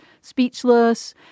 Speechless